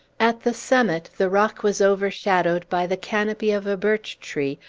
at the summit, the rock was overshadowed by the canopy of a birch-tree,